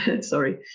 Sorry